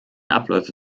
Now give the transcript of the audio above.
abläufe